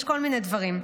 יש כל מיני דברים.